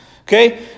Okay